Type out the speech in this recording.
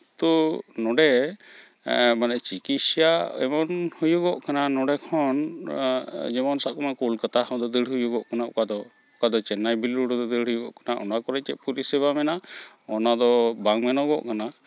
ᱛᱳ ᱱᱚᱸᱰᱮ ᱢᱟᱱᱮ ᱪᱤᱠᱤᱥᱥᱟ ᱮᱢᱚᱱ ᱦᱩᱭᱩᱜᱚᱜ ᱠᱟᱱᱟ ᱱᱚᱸᱰᱮ ᱠᱷᱚᱱ ᱡᱮᱢᱚᱱ ᱥᱟᱵ ᱠᱟᱜ ᱢᱮ ᱠᱳᱞᱠᱟᱛᱟ ᱦᱚᱸ ᱫᱟᱹᱼᱫᱟᱹᱲ ᱦᱩᱭᱩᱜᱚᱜ ᱠᱟᱱᱟ ᱚᱠᱟᱫᱚ ᱚᱠᱟᱫᱚ ᱪᱮᱱᱱᱟᱭ ᱵᱮᱞᱩᱲ ᱦᱚᱸ ᱫᱟᱹᱼᱫᱟᱹᱲ ᱦᱩᱭᱩᱜᱚᱜ ᱠᱟᱱᱟ ᱚᱱᱟ ᱠᱚᱨᱮ ᱪᱮᱫ ᱯᱚᱨᱤᱥᱮᱵᱟ ᱢᱮᱱᱟᱜᱼᱟ ᱚᱱᱟ ᱫᱚ ᱵᱟᱝ ᱢᱮᱱᱚᱜᱚᱜ ᱠᱟᱱᱟ